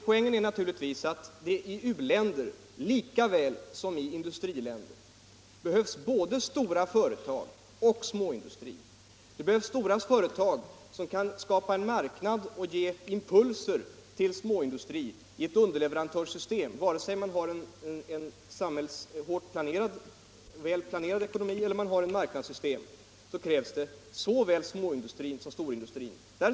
Poängen är naturligtvis att det i u-länder lika väl som i industriländer behövs både stora företag och småindustrier. Storföretag kan skapa en marknad och ge impulser till småindustrier i ett underleverantörsystem. Vare sig man har en väl planerad ekonomi eller man har ett marknadssystem krävs det såväl småindustri som storindustri.